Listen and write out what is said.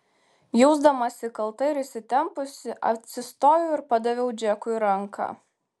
jausdamasi kalta ir įsitempusi atsistojau ir padaviau džekui ranką